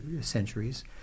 centuries